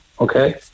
okay